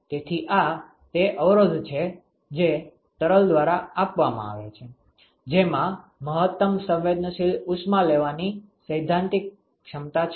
તેથી આ તે અવરોધ છે જે તરલ દ્વારા આપવામાં આવે છે જેમાં મહત્તમ સંવેદનશીલ ઉષ્મા લેવાની સૈદ્ધાંતિક ક્ષમતા છે